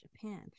japan